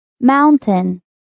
Mountain